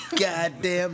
goddamn